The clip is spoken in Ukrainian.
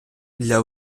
для